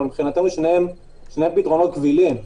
אבל מבחינתנו שניהם פתרונות קבילים.